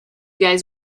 guys